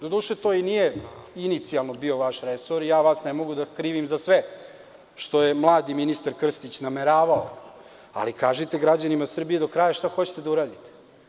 Doduše, to i nije inicijalno bio vaš resor i ja vas ne mogu da krivim za sve što je mladi ministar Krstić nameravao, ali kažite građanima Srbije do kraja šta hoćete da uradite.